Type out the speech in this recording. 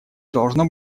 должно